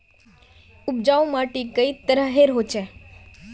उपजाऊ माटी कई तरहेर होचए?